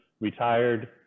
retired